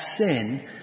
sin